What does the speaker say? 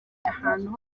ahantu